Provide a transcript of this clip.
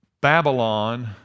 Babylon